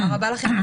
תודה רבה לכם,